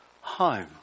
home